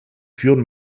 führen